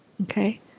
Okay